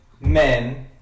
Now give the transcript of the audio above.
men